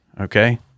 Okay